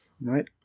Right